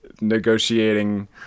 negotiating